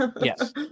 Yes